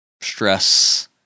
stress